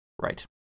Right